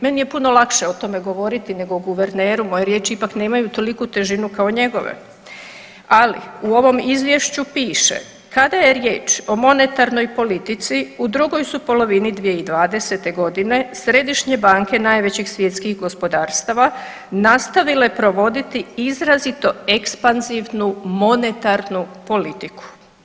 Meni je puno lakše o tome govoriti nego guverneru, moje riječi ipak nemaju toliku težinu kao njegove, ali u ovom izvješću piše kada je riječ o monetarnoj politici u drugoj su polovini 2020.g. središnje banke najvećih svjetskih gospodarstava nastavile provoditi izrazito ekspanzivnu monetarnu politiku.